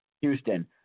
Houston